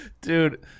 Dude